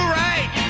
right